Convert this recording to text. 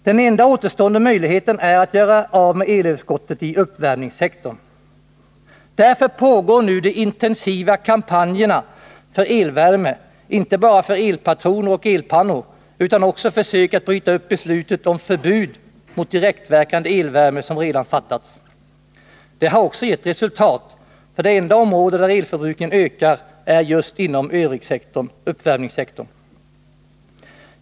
Den enda återstående möjligheten är att göra sig av med elöverskottet i uppvärmningssektorn. Därför pågår nu de intensiva kampanjerna för elvärme. Man propagerar inte bara för elpatroner och elpannor, utan man försöker också bryta upp det beslut om förbud mot direktverkande elvärme som redan fattats. Det har också gett resultat, för det enda område där elförbrukningen ökar är just övrigsektorn, dvs. uppvärmningssektorn.